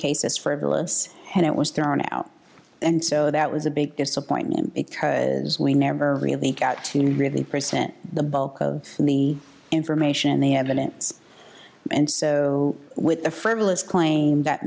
cases frivolous and it was thrown out and so that was a big disappointment as we never really got to really present the bulk of the information the evidence and so with a firm list claim that